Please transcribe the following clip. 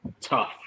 Tough